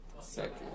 Second